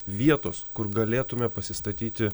vietos kur galėtume pasistatyti